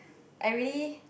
I really